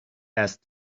asked